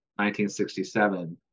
1967